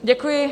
Děkuji.